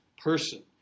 Person